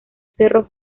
cerro